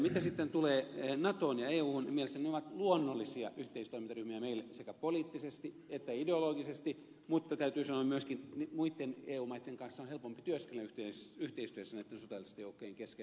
mitä sitten tulee natoon ja euhun niin mielestäni ne ovat luonnollisia yhteistoimintaryhmiä meille sekä poliittisesti että ideologisesti mutta täytyy sanoa myöskin että muitten eu maitten kanssa on helpompi työskennellä yhteistyössä näitten sotilaallisten joukkojen kesken